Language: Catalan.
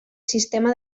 sistema